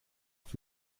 auf